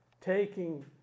Taking